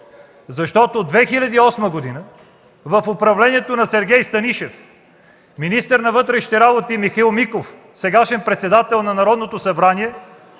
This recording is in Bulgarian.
Защото през 2008 г. в управлението на Сергей Станишев, министър на вътрешните работи – Михаил Миков, сегашен председател на Народното събрание,